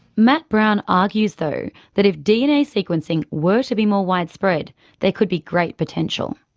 matt brown argues though that if dna sequencing were to be more widespread there could be great potential.